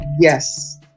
yes